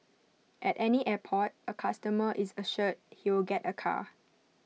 at any airport A customer is assured he will get A car